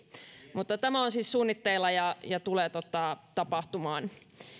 mutta tämä on on siis suunnitteilla ja ja tulee tapahtumaan